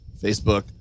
Facebook